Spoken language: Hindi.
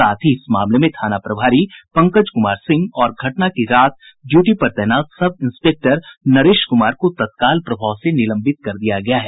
साथ ही इस मामले में थाना प्रभारी पंकज कुमार सिंह और घटना की रात ड्यूटी पर तैनात सब इंस्पेक्टर नरेश कुमार को तत्काल प्रभाव से निलंबित कर दिया गया है